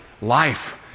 life